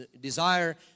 desire